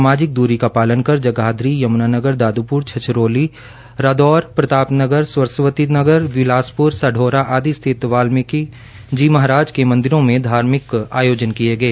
सामाजिक द्री का पालन कर जगाधरी यमुनानगर दाद्प्र छदरोली रादौर प्रतापनगर सरस्वतीनगर बिलासपुर साढौरा आदि स्थित भगवान वाल्मीकि जी महाराज के मंदिरों में धार्मिक आयोजनकिए गए